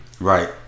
Right